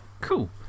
cool